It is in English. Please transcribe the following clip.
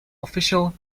official